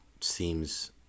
seems